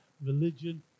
religion